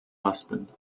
husband